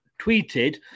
tweeted